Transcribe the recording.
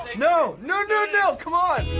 no! no, no, no! come on.